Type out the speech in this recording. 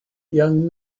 young